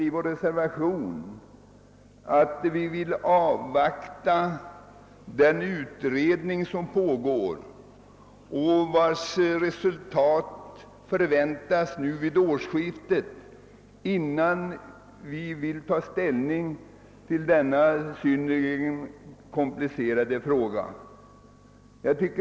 I vår reservation säger vi att vi vill avvakta resultatet av den utredning som pågår och som väntas ha slutfört sitt arbete vid årsskiftet, innan vi vill ta ställning till denna komplicerade fråga.